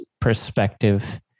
perspective